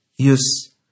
use